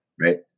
right